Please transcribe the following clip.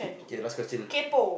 okay last question